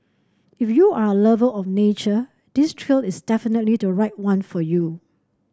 if you're a lover of nature this trail is definitely the right one for you